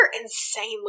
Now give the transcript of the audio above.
insanely